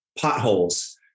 potholes